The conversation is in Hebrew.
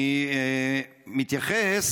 אני מתייחס,